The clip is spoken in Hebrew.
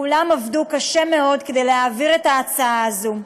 כולם עבדו קשה מאוד כדי להעביר את ההצעה הזאת.